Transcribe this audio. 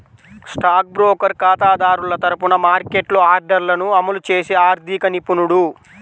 stock broker ఖాతాదారుల తరపున మార్కెట్లో ఆర్డర్లను అమలు చేసే ఆర్థిక నిపుణుడు